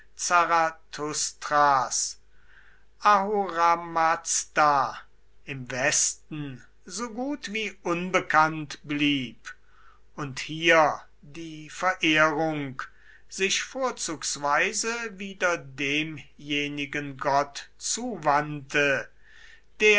zarathustras ahuramazda im westen so gut wie unbekannt blieb und hier die verehrung sich vorzugsweise wieder demjenigen gott